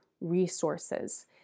resources